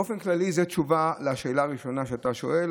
באופן כללי זאת התשובה על השאלה הראשונה שאתה שואל.